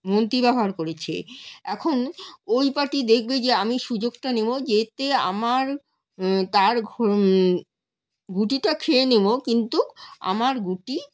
মন্ত্রী ব্যবহার করেছে এখন ওই পার্টি দেখবে যে আমি সুযোগটা নেব যাতে আমার তার গুটিটা খেয়ে নেব কিন্তু আমার গুটি